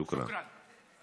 שוכרן.